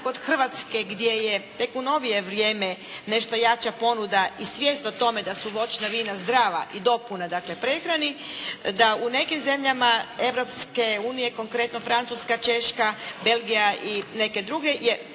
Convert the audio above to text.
od Hrvatske gdje je tek u novije vrijeme nešto jača ponuda i svijest o tome da su voćna vina zdrava i dopuna dakle prehrani, da u nekim zemljama Europske unije konkretno Francuska, Češka, Belgija i neke druge,